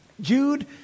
Jude